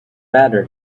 matter